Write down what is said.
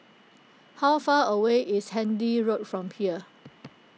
how far away is Handy Road from here